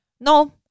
No